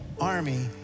Army